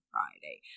Friday